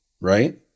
Right